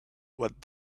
what